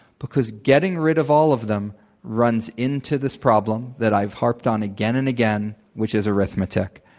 because getting rid of all of them runs into this problem that i've harped on again and again, which is arithmetic.